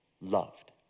loved